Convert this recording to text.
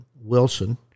Wilson